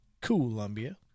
Columbia